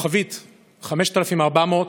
5400*,